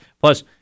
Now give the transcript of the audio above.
plus